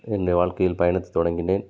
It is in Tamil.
என் வாழ்க்கையில் பயணத்தை தொடங்கினேன்